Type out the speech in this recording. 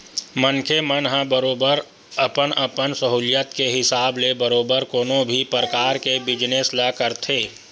मनखे मन ह बरोबर अपन अपन सहूलियत के हिसाब ले बरोबर कोनो भी परकार के बिजनेस ल करथे